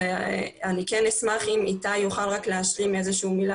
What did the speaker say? ואני כן אשמח אם איתי יוכל להשלים איזה שהיא מילה